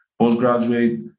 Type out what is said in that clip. postgraduate